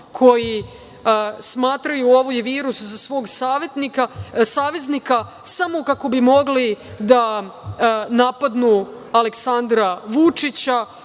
koji smatraju ovaj virus za svog saveznika samo kako bi mogli da napadnu Aleksandra Vučića